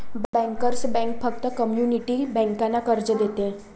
bankers bank फक्त community बँकांना कर्ज देते